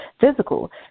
physical